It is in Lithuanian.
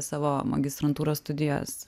savo magistrantūros studijas